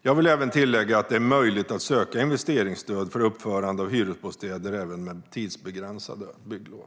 Jag vill även tillägga att det är möjligt att söka investeringsstöd för uppförandet av hyresbostäder också med tidsbegränsade bygglov.